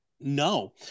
no